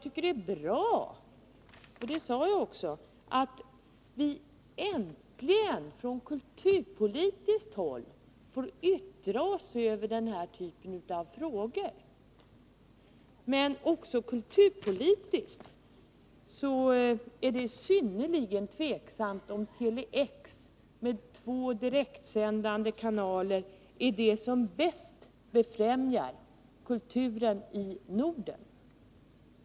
Det är bra att vi äntligen från kulturpolitiskt håll får yttra oss över denna typ av frågor. Också kulturpolitiskt är det synnerligen tveksamt om Tele-X med två direktsändande kanaler är det som bäst främjar kulturen i Norden.